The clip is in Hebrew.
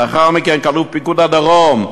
ולאחר מכן כאלוף פיקוד הדרום,